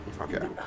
Okay